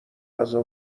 غذا